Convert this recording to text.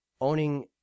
owning